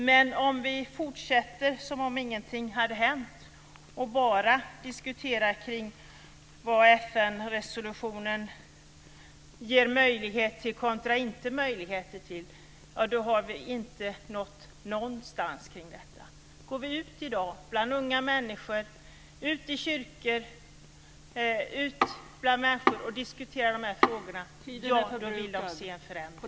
Men om vi fortsätter som om ingenting hade hänt och bara diskuterar vilka möjligheter FN-resolutionen ger eller inte ger, har vi inte nått någonstans. Om vi går ut i dag bland unga människor och ut i kyrkor och diskuterar de här frågorna kommer vi att märka att de vill se en förändring.